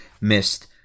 missed